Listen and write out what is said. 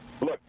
look